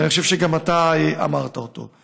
ואני חושב שגם אתה אמרת אותה.